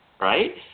right